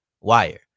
Wire